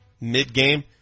mid-game